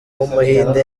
w’umuhinde